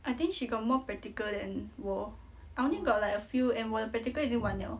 I think she got more practical than 我 I only got like a few and 我的 pratical 已经完了